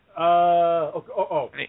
Uh-oh